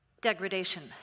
degradation